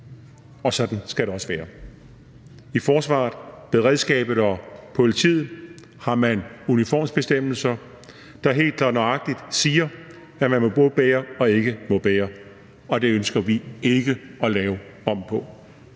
og sådan skal det også være. I forsvaret, beredskabet og politiet har man uniformsbestemmelser, der helt klart og nøjagtigt siger, hvad man må bære og ikke må bære, og det ønsker vi ikke at lave om på.